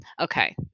Okay